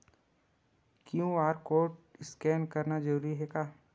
QR code scan करना जरूरी हे का?